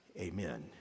Amen